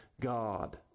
God